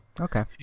okay